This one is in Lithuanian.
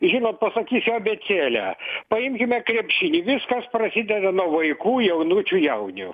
žinot pasakysiu abėcėlę paimkime krepšinį viskas prasideda nuo vaikų jaunučių jaunių